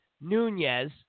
Nunez